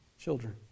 children